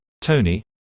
Tony